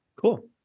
Cool